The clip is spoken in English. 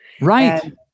Right